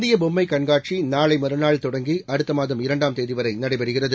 இந்திய பொம்ஸ் கண்காட்சி நாளை மறுநாள் தொடங்கி அடுத்த மாதம் இரண்டாம் தேதி வரை நடைபெறுகிறது